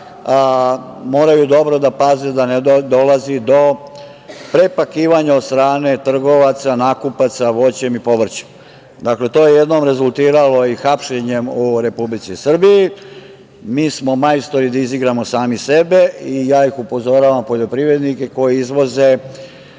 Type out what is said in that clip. moraju dobro da paze da ne dolazi do prepakivanja od strane trgovaca, nakupaca voćem i povrćem. To je jednom rezultiralo i hapšenjem u Republici Srbiji. Mi smo majstori da izigramo sami sebe i ja upozoravam poljoprivrednike koji izvoze